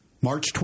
March